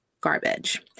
garbage